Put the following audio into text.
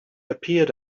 appeared